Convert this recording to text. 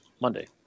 monday